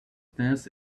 tense